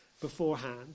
beforehand